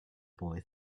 boy